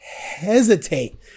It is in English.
hesitate